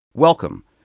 Welcome